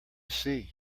see